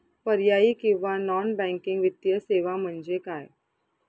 पर्यायी किंवा non banking वित्तीय सेवा म्हणजे काय?